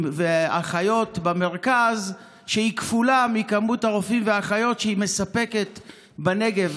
ואחיות כפול ממספר הרופאים והאחיות שהיא מספקת בנגב?